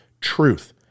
truth